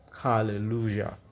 Hallelujah